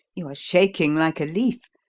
you are shaking like a leaf.